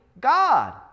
God